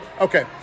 Okay